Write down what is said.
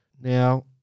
Now